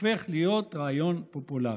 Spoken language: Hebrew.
לרעיון פופולרי.